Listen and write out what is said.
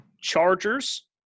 Chargers